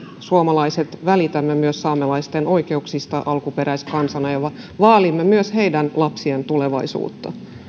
suomalaiset välitämme myös saamelaisten oikeuksista alkuperäiskansana ja vaalimme myös heidän lapsiensa tulevaisuutta